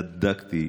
בדקתי,